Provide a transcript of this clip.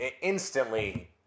instantly